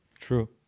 True